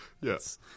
Yes